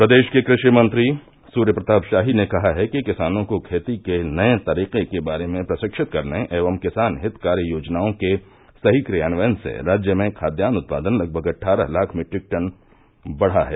प्रदेश के कृषि मंत्री सूर्य प्रताप शाही ने कहा है कि किसानों को खेती के नये तरीके के बारे में प्रशिक्षित करने एवं किसान हित कार्य योजनाओं के सही क्रियान्वयन से राज्य में खाद्यान्न उत्पादन लगभग अट्ठारह लाख मीट्रिक टन बढ़ा है